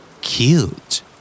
Cute